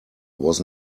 was